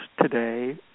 today